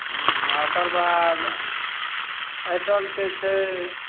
ओकर बाद आइटलके छै